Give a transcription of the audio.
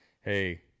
Hey